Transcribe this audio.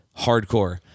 Hardcore